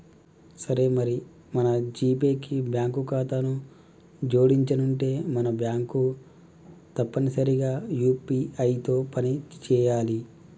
సరే మరి మన జీపే కి బ్యాంకు ఖాతాను జోడించనుంటే మన బ్యాంకు తప్పనిసరిగా యూ.పీ.ఐ తో పని చేయాలి